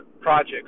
projects